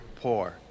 poor